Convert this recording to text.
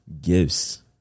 gifts